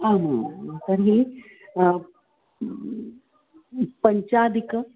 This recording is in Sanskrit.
आमामां तर्हि पञ्चाधिकम्